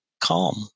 calm